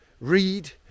read